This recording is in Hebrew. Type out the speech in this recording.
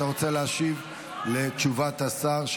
אתה רוצה להשיב על תשובת השר?